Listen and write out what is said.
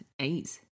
eight